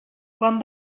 quan